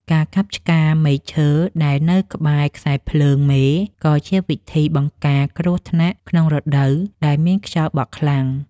ការកាប់ឆ្ការមែកឈើដែលនៅក្បែរខ្សែភ្លើងមេក៏ជាវិធីបង្ការគ្រោះថ្នាក់ក្នុងរដូវដែលមានខ្យល់បក់ខ្លាំង។